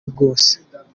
bwose